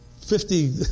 fifty